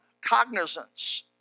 cognizance